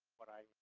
what i